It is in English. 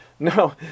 No